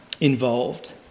involved